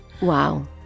Wow